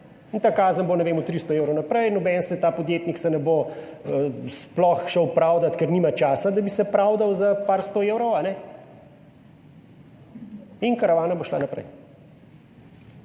ne. Ta kazen bo, ne vem, od 300 evrov naprej, noben se ta podjetnik se ne bo sploh šel pravdati, ker nima časa, da bi se pravdal za par sto evrov in karavana bo šla naprej.